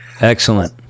Excellent